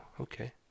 okay